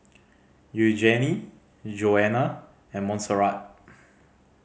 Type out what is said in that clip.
Eugenie Jonna and Monserrat